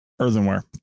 Earthenware